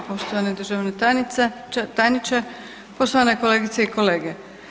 Poštovani državni tajniče, poštovane kolegice i kolege.